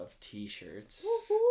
t-shirts